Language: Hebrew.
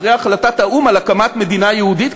אחרי החלטת האו"ם על הקמת מדינה יהודית,